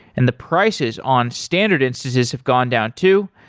and the prices on standard instances have gone down too.